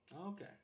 okay